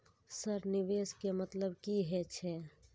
Sir निवेश के मतलब की हे छे?